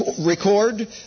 record